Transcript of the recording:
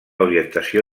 orientació